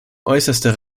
äußerster